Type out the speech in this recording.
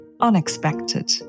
unexpected